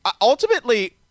ultimately